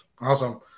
Awesome